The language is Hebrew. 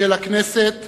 של הכנסת